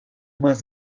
más